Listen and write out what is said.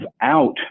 out